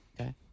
Okay